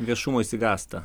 viešumo išsigąsta